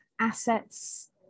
assets